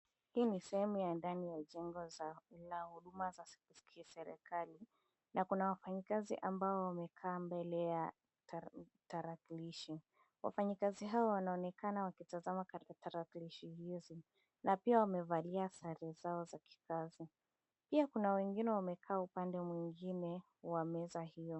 Hii ni sehemu ya ndani ya jengo la huduma za kiserikali na kuna wafanyikazi ambao wamekaa mbele ya tarakilishi. Wafanyikazi hawa wanaonekana wakitazama tarakilishi hizi na pia wamevalia sare zao za kikazi, pia kuna wengine wamekaa upande mwingine wa meza hio.